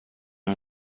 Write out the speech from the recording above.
una